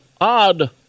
odd